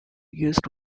used